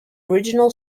original